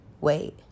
wait